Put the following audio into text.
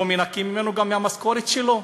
גם לא מנכים מהמשכורת שלו?